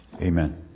Amen